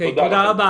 תודה רבה.